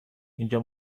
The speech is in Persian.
اینجا